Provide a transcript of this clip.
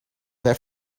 there